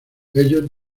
ellos